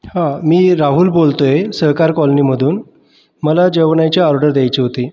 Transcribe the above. हा मी राहुल बोलतोय सहकार कॉलनीमधून मला जेवणाची ऑर्डर द्यायची होती